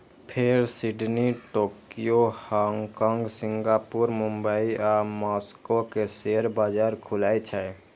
फेर Sydney, Tokyo, Hong Kong, Singapore, Mumbai आ Moscow के शेयर बाजार खुलै छै